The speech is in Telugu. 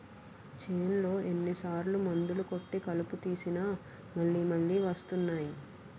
చేన్లో ఎన్ని సార్లు మందులు కొట్టి కలుపు తీసినా మళ్ళి మళ్ళి వస్తున్నాయి